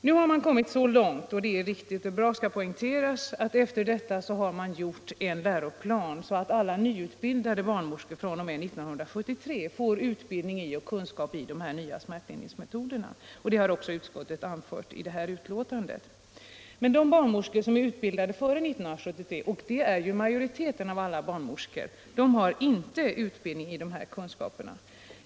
Nu har man kommit så långt — det är riktigt och bra, det skall poängteras — att enligt en ny läroplan alla nyutbildade barnmorskor fr.o.m. 1973 har utbildning i och kunskap om de nya smärtlindiingsmetoderna. Det har också utskottet anfört i betänkandet. Men de barnmorskor som är utbildade före 1973 — och det är majoriteten av alla barnraorskor — har inte utbildning och kunskap om de här metoderna.